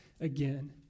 again